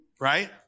right